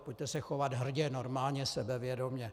Pojďte se chovat hrdě, normálně sebevědomě.